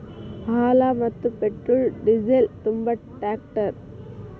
ಹಾಲ, ಮತ್ತ petrol diesel ತುಂಬು ಟ್ಯಾಂಕರ್